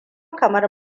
kamar